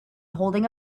holding